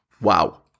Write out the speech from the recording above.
Wow